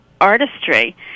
artistry